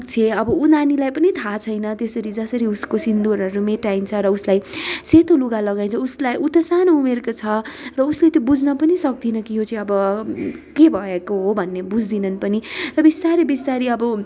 पुग्छे अब ऊ नानीलाई पनि थाहा छैन त्यसरी जसरी उसको सिन्दूरहरू मेटाइन्छ र उसलाई सेतो लुगा लगाइन्छ उसलाई ऊ त सानो उमेरको छ र उसले त बुझ्न पनि सक्दिन कि यो चाहिँ अब के भएको हो भन्ने बुझ्दिनन् पनि र बिस्तारै बिस्तारै अब